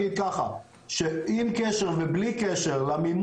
עם קשר למה שאמרתי מקודם,